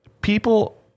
People